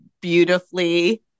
beautifully